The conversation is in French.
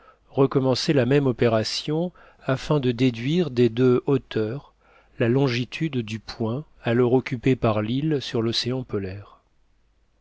recommencer la même opération afin de déduire des deux hauteurs la longitude du point alors occupé par l'île sur l'océan polaire